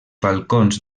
balcons